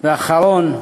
ואחרון: